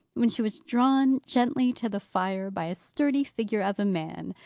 when she was drawn gently to the fire, by a sturdy figure of a man,